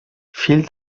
fill